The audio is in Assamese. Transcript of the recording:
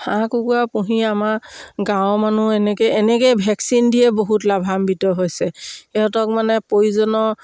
হাঁহ কুকুৰা পুহি আমাৰ গাঁৱৰ মানুহ এনেকৈ এনেকেই ভেকচিন দিয়ে বহুত লাভান্বিত হৈছে সিহঁতক মানে প্ৰয়োজনৰ